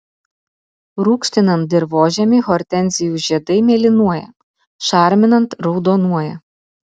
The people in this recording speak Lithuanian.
rūgštinant dirvožemį hortenzijų žiedai mėlynuoja šarminant raudonuoja